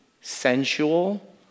sensual